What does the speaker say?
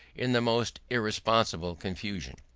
in the most irresponsible confusion.